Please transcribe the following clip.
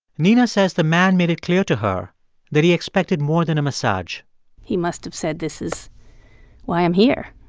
nina says the man made it clear to her that he expected more than a massage he must have said, this is why i'm here.